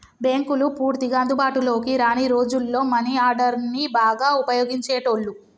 బ్యేంకులు పూర్తిగా అందుబాటులోకి రాని రోజుల్లో మనీ ఆర్డర్ని బాగా వుపయోగించేటోళ్ళు